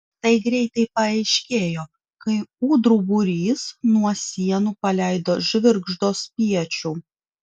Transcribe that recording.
tai greitai paaiškėjo kai ūdrų būrys nuo sienų paleido žvirgždo spiečių